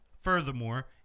Furthermore